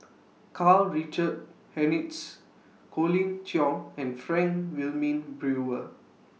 Karl Richard Hanitsch Colin Cheong and Frank Wilmin Brewer